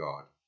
God